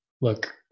look